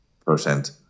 percent